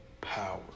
power